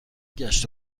گشت